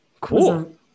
cool